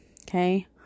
Okay